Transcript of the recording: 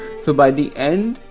so by the end,